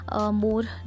more